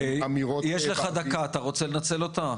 --- יש לך דקה, אתה רוצה לנצל אותה?